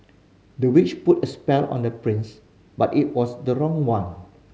the witch put a spell on the prince but it was the wrong one